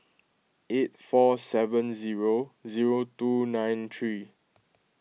eight four seven zero zero two nine three